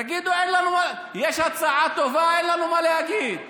תגידו: יש הצעה טובה, אין לנו מה להגיד.